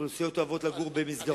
אוכלוסיות אוהבות לגור במסגרות,